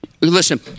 Listen